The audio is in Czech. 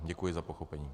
Děkuji za pochopení.